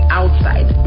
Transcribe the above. outside